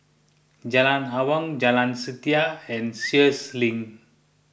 Jalan Awang Jalan Setia and Sheares Link